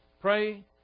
Pray